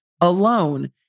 alone